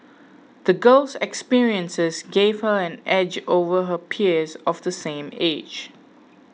the girl's experiences gave her an edge over her peers of the same age